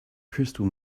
crystal